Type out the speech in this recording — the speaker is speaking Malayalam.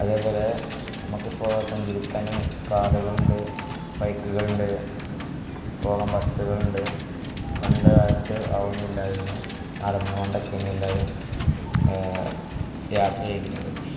അതേപോലെ നമുക്കിപ്പോള് സഞ്ചരിക്കാന് കാറുകളുണ്ട് ബൈക്കുകളുണ്ട് പോവാന് ബസ്സുകളുണ്ട് പണ്ട് കാലത്ത് അതൊന്നും ഇല്ലായിരുന്നു നടന്ന് കൊണ്ടെക്കേനെല്ലാരും യാത്ര ചെയ്തിനത്